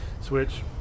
Switch